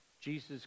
Jesus